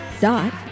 dot